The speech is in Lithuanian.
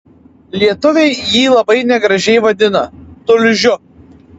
lietuviai jį labai negražiai vadina tulžiu